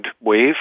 wave